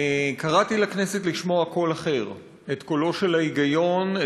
קראתי לכנסת לשמוע קול אחר: את קולו של ההיגיון,